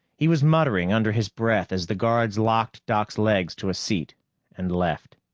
he was muttering under his breath as the guards locked doc's legs to a seat and left.